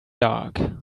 dark